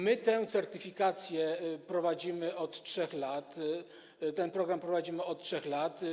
My tę certyfikację prowadzimy od 3 lat, ten program prowadzimy od 3 lat.